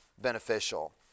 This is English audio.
beneficial